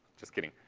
just kidding.